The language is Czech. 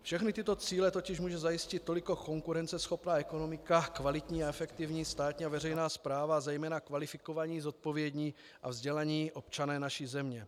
Všechny tyto cíle totiž může zajistit toliko konkurenceschopná ekonomika, kvalitní a efektivní státní a veřejná správa a zejména kvalifikovaní, zodpovědní a vzdělaní občané naší země.